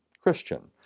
Christian